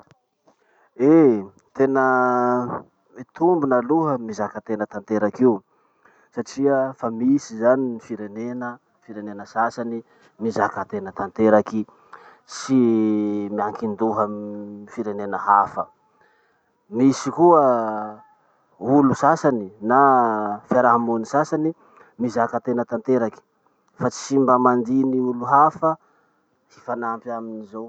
Eh! Tena miitombina aloha mizaka tena tanteraky io satria fa misy zany ny firenena, firenena sasany mizaka tena tanteraky, tsy miankindoha amy firenena hafa. Misy koa olo sasany na fiarahamony sasany, mizakatena tanteraky fa tsy mba mandiny olo hafa hifanampy aminy zao.